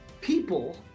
people